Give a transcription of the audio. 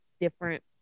different